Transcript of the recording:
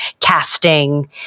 casting